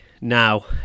now